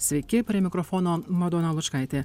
sveiki prie mikrofono madona lučkaitė